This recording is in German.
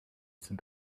sind